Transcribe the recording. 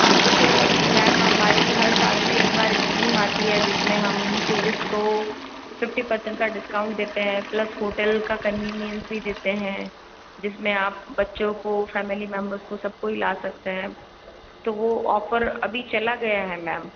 हाँ तो फिर मैम हमारी हर साल में एक बार स्कीम आती है जिसमें हम टूरिस्ट को फिफ्टी परसेंट का डिस्काउंट देते हैं प्लस होटल का कन्वीनियंस भी देते हैं जिसमें आप बच्चों को फैमिली मेंबर्स को सबको ही ला सकते हैं तो वो ऑफर अभी चला गया है मैम